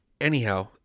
anyhow